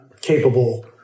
capable